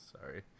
Sorry